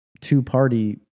two-party